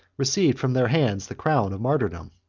received from their hands the crown of martyrdom.